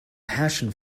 passion